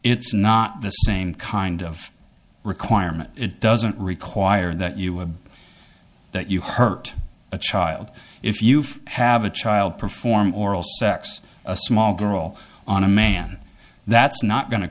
it's not the same kind of requirement it doesn't require that you have that you hurt a child if you have a child performing oral sex a small girl on a man that's not going to